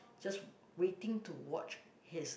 just waiting to watch his